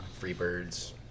Freebirds